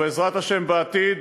ובעזרת השם, בעתיד